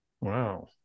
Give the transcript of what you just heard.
Wow